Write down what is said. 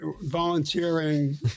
volunteering